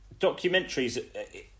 documentaries